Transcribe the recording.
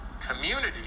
Community